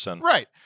Right